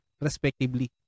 respectively